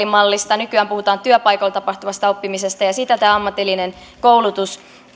mallista nykyään puhutaan työpaikoilla tapahtuvasta oppimisesta sitä ammatillinen koulutus